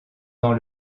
dans